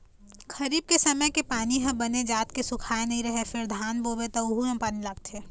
खरीफ के समे के पानी ह बने जात के सुखाए नइ रहय फेर धान बोबे त वहूँ म पानी लागथे